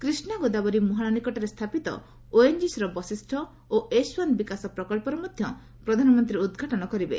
କିଷ୍ଣା ଗୋଦାବରୀ ମ୍ମହାଣ ନିକଟରେ ସ୍ଥାପିତ ଓଏନଜିସିର ବଶିଷ୍ଠ ଏବଂ ଏସ୍ ଓ୍ୱାନ୍ ବିକାଶ ପ୍ରକଳ୍ପର ମଧ୍ୟ ପ୍ରଧାନମନ୍ତ୍ରୀ ଉଦ୍ଘାଟନ କରିବେ